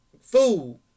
food